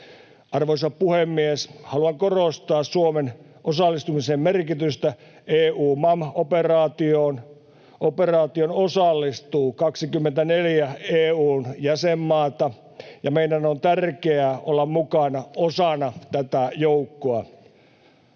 Arvoisa puhemies! Haluan korostaa Suomen osallistumisen merkitystä EUMAM-operaatioon. Operaatioon osallistuu 24 EU:n jäsenmaata, ja meidän on tärkeää olla mukana osana tätä joukkoa.